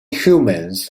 humans